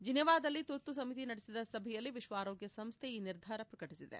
ಜಿನೆವಾದಲ್ಲಿ ತುರ್ತು ಸಮಿತಿ ನಡೆಸಿದ ಸಭೆಯಲ್ಲಿ ವಿಶ್ವ ಆರೋಗ್ಯ ಸಂಸ್ಥೆ ಈ ನಿರ್ಧಾರ ಪ್ರಕಟಿಸಿದೆ